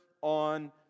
on